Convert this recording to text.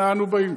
אנה אנו באים?